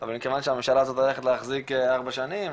אבל מכיוון שהממשלה הזאת הולכת להחזיק ארבע שנים ומשהו,